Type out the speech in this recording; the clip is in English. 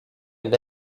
and